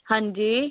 हां जी